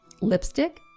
Lipstick